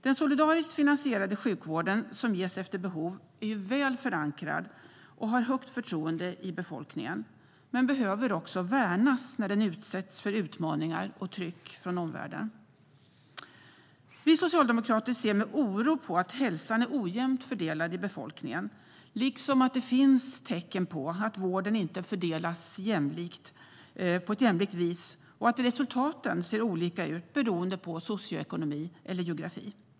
Den solidariskt finansierade sjukvård som ges efter behov är väl förankrad och har högt förtroende i befolkningen men behöver också värnas när den utsätts för utmaningar och tryck från omvärlden. Vi socialdemokrater ser med oro på att hälsan är ojämnt fördelad i befolkningen liksom att det finns tecken på att vården inte fördelas på ett jämlikt vis och att resultaten ser olika ut beroende på socioekonomi eller geografi.